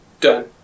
done